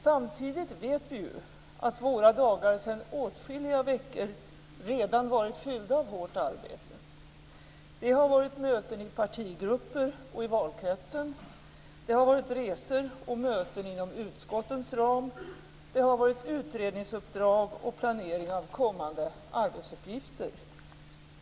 Samtidigt vet vi att våra dagar sedan åtskilliga veckor redan varit fyllda av hårt arbete. Det har varit möten i partigrupper och i valkretsen, resor och möten inom utskottens ram, utredningsuppdrag och planering av kommande arbetsuppgifter.